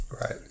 Right